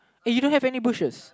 uh you don't have any bushes